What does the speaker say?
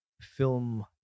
film